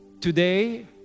today